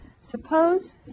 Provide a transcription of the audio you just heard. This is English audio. Suppose